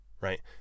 right